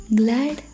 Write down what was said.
glad